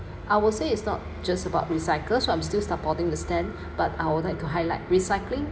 I will say it's not just about recycle so I'm still supporting the stand but I would like to highlight recycling